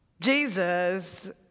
Jesus